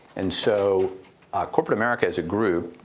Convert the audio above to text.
and so corporate america, as a group,